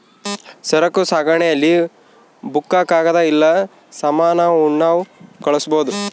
ಸರಕು ಸಾಗಣೆ ಅಲ್ಲಿ ಬುಕ್ಕ ಕಾಗದ ಇಲ್ಲ ಸಾಮಾನ ಉಣ್ಣವ್ ಕಳ್ಸ್ಬೊದು